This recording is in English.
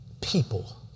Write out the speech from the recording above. people